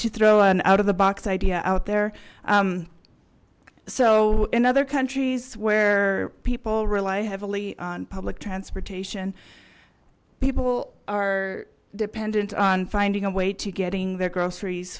to throw an out of the box idea out there so in other countries where people rely heavily on public transportation people are dependent on finding a way to getting their groceries